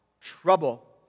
Trouble